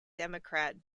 democrat